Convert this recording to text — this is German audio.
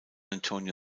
antonio